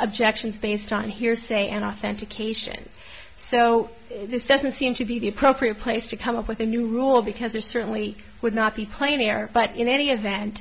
objections based on hearsay and authentication so this doesn't seem to be the appropriate place to come up with a new rule because there certainly would not be clean air but in any event